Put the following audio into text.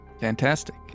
Fantastic